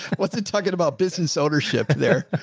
what's the target about business ownership there?